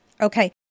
Okay